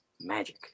magic